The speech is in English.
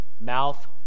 mouth